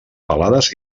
pelades